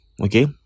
okay